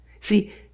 See